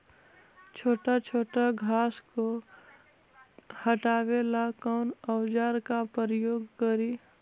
छोटा छोटा घास को हटाबे ला कौन औजार के प्रयोग करि?